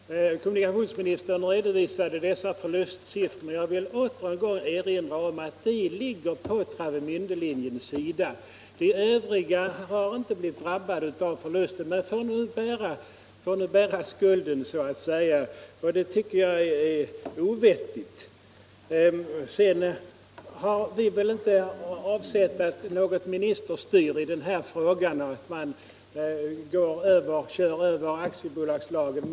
Herr talman! Kommunikationsministern redovisade förlustsiffrorna. Men jag vill ännu en gång erinra om att de ligger på Travemändelinjens sida. De övriga linjerna har inte blivit drabbade av förluster men får nu bära skulden så att säga, och det tycker jag är ovettigt. Sedan har vi väl inte önskat något ministerstyre i den här frågan och att man skulle köra över aktiebolagslagen.